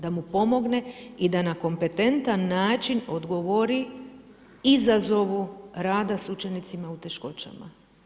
Da mu pomogne i da na kompetentan način odgovori izazovu rada s učenicima u teškoćama.